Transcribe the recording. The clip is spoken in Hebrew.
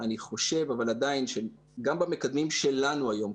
אבל אני חושב שגם במקדמים שלנו היום,